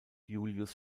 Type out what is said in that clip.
julius